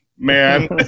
Man